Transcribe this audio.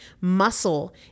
Muscle